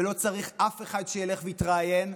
ולא צריך אף אחד שילך ויתראיין,